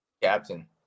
captain